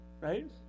Right